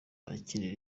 akinira